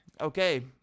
okay